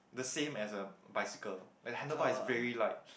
the same as a bicycle the handlebar is very light